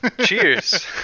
Cheers